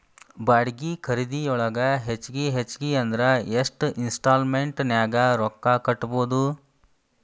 ಬಾಡ್ಗಿ ಖರಿದಿಯೊಳಗ ಹೆಚ್ಗಿ ಹೆಚ್ಗಿ ಅಂದ್ರ ಯೆಷ್ಟ್ ಇನ್ಸ್ಟಾಲ್ಮೆನ್ಟ್ ನ್ಯಾಗ್ ರೊಕ್ಕಾ ಕಟ್ಬೊದು?